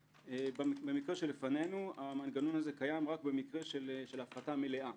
במקרה שלפנינו המנגנון הזה קיים רק במקרה של הפחתה מלאה.